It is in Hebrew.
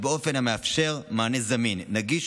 שנחזיר לעצמנו את הכבוד שמגיע לעם היהודי בשם המורשת